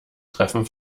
treffen